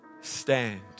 stand